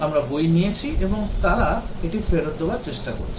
আমরা বই নিয়েছি এবং তারা এটি ফেরত দেওয়ার চেষ্টা করছে